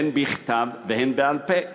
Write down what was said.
הן בכתב והן בעל-פה.